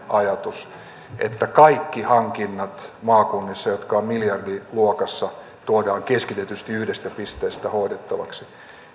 ajatus että kaikki hankinnat maakunnissa jotka ovat miljardiluokassa tuodaan keskitetysti yhdestä pisteestä hoidettavaksi